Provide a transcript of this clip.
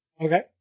Okay